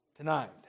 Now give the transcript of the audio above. Tonight